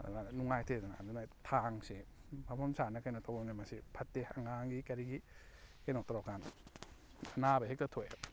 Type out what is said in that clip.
ꯑꯗꯨꯅ ꯅꯨꯡꯉꯥꯏꯇꯦꯗꯅ ꯑꯗꯨꯅ ꯊꯥꯡꯁꯦ ꯃꯐꯝ ꯆꯥꯅ ꯀꯩꯅꯣ ꯃꯁꯤ ꯐꯠꯇꯦ ꯑꯉꯥꯡꯒꯤ ꯀꯔꯤꯒꯤ ꯀꯩꯅꯣ ꯇꯧꯔ ꯀꯥꯟꯗ ꯑꯅꯥꯕ ꯍꯦꯛꯇ ꯊꯣꯛꯑꯦ